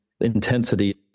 intensity